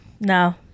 no